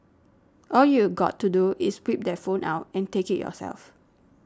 all you got to do is whip that phone out and take it yourself